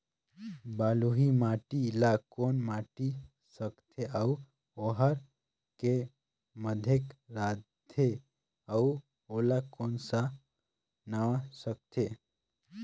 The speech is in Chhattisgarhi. बलुही माटी ला कौन माटी सकथे अउ ओहार के माधेक राथे अउ ओला कौन का नाव सकथे?